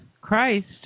Christ